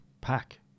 Pack